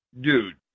Dude